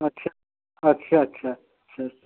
अच्छा अच्छा अच्छा अच्छा